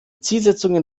zielsetzungen